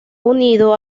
unido